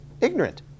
ignorant